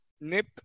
Nip